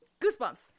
goosebumps